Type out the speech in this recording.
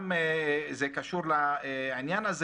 זה גם קשור לעניין,